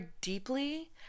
deeply